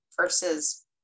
versus